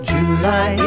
July